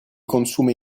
consuma